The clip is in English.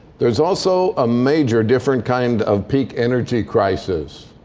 there's also ah major different kind of peak energy crisis.